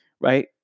Right